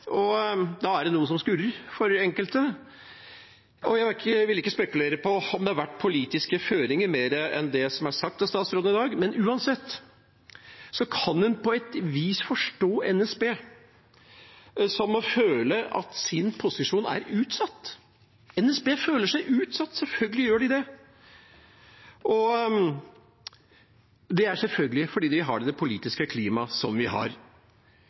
enkelte. Jeg vil ikke spekulere på om det har vært politiske føringer – mer enn det som er sagt av statsråden i dag – men uansett kan en på et vis forstå NSB, som må føle at deres posisjon er utsatt. NSB føler seg utsatt, selvfølgelig gjør de det. Og det er selvfølgelig fordi vi har det politiske klimaet som vi har.